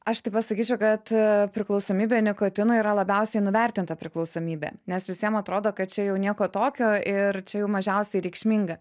aš tai pasakyčiau kad a priklausomybė nikotinui yra labiausiai nuvertinta priklausomybė nes visiem atrodo kad čia jau nieko tokio ir čia jau mažiausiai reikšminga